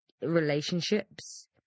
relationships